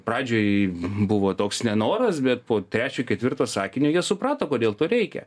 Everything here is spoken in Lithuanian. pradžiai buvo toks nenoras bet po trečio ketvirto sakinio jie suprato kodėl to reikia